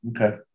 okay